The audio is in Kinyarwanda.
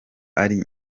ari